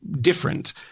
different